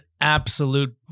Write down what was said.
absolute